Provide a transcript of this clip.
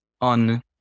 on